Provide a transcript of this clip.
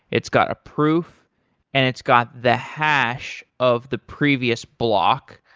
it's got a proof and it's got the hash of the previous block.